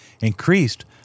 increased